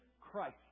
Christ